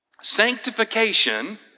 sanctification